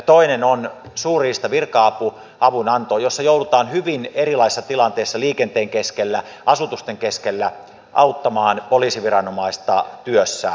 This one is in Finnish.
toinen on suurriistan virka avun anto jossa joudutaan hyvin erilaisissa tilanteissa liikenteen keskellä asutusten keskellä auttamaan poliisiviranomaista työssään